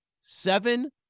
Seven